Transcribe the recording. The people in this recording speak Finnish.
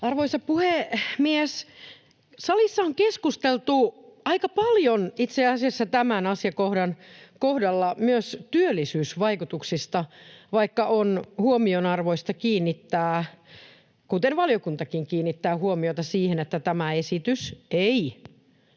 Arvoisa puhemies! Salissa on keskusteltu itse asiassa aika paljon tämän asiakohdan kohdalla myös työllisyysvaikutuksista, vaikka on huomionarvoista kiinnittää, kuten valiokuntakin kiinnittää huomiota, siihen, että tämä esitys ei